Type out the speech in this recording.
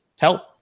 help